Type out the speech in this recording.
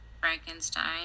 Frankenstein